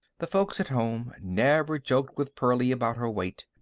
the folks at home never joked with pearlie about her weight.